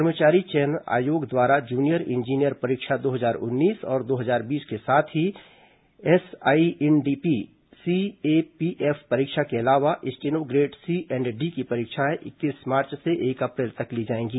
कर्मचारी चयन आयोग द्वारा जूनियर इंजीनियर परीक्षा दो हजार उन्नीस और दो हजार बीस के साथ ही एसआईइनडीपी सीएपीएफ परीक्षा के अलावा steno grade C and D की परीक्षाएं इक्कीस मार्च से एक अप्रैल तक ली जाएंगी